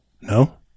No